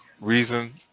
reason